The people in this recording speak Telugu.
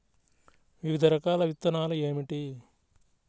వివిధ రకాల విత్తనాలు ఏమిటి?